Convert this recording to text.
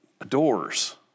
adores